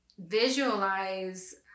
visualize